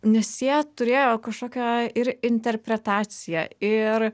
nes jie turėjo kažkokią ir interpretaciją ir